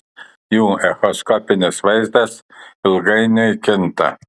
jų echoskopinis vaizdas ilgainiui kinta